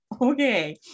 Okay